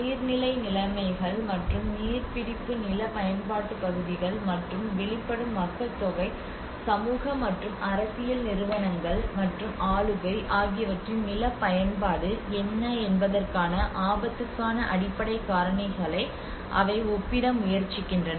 நீர்நிலை நிலைமைகள் மற்றும் நீர்ப்பிடிப்பு நில பயன்பாட்டுப் பகுதிகள் மற்றும் வெளிப்படும் மக்கள்தொகை சமூக மற்றும் அரசியல் நிறுவனங்கள் மற்றும் ஆளுகை ஆகியவற்றின் நிலப் பயன்பாடு என்ன என்பதற்கான ஆபத்துக்கான அடிப்படை காரணிகளை அவை ஒப்பிட முயற்சிக்கின்றன